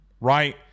Right